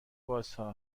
بازها